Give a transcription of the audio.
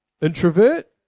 Introvert